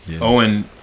Owen